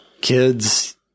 kids